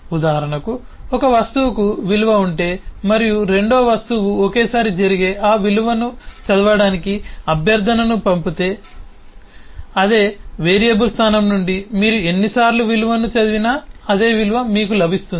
ఉదాహరణకు ఒక వస్తువుకు విలువ ఉంటే మరియు మరో రెండు వస్తువు ఒకేసారి జరిగే ఆ విలువను చదవడానికి అభ్యర్థనను పంపితే అదే వేరియబుల్ స్థానం నుండి మీరు ఎన్నిసార్లు విలువను చదివినా అదే విలువ మీకు లభిస్తుంది